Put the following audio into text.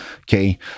Okay